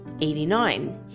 89